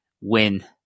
win